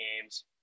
games